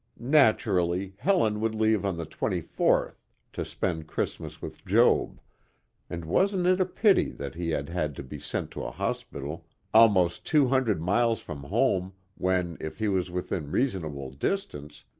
naturally, helen would leave on the twenty-fourth to spend christmas with joab and wasn't it a pity that he had had to be sent to a hospital almost two hundred miles from home when, if he was within reasonable distance,